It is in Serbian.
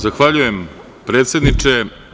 Zahvaljujem, predsedniče.